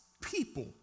people